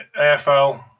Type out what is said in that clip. AFL